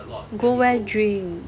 go where drink